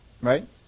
Right